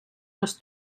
les